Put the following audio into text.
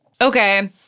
Okay